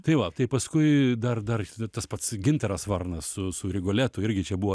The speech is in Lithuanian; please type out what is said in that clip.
tai va tai paskui dar dar tas pats gintaras varnas su su rigoletu irgi čia buvo